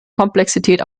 komplexität